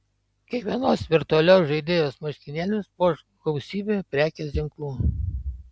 kiekvienos virtualios žaidėjos marškinėlius puoš gausybė prekės ženklų